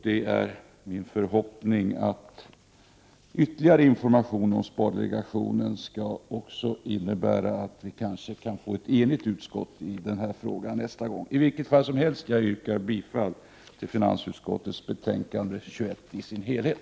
Det är min förhoppning att ytterligare information om spardelegationen också skall innebära att vi får ett enigt utskott i den här frågan nästa gång. Jag yrkar bifall till hemställan i finansutskottets betänkande nr 21 i sin helhet.